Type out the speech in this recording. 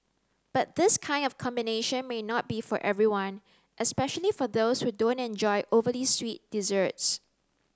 but this kind of combination may not be for everyone especially for those who don't enjoy overly sweet desserts